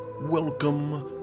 Welcome